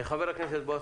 חבר הכנסת בועז